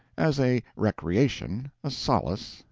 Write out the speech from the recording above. as a recreation, a solace,